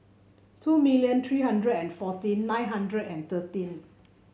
two million three hundred and fourteen nine hundred and thirteen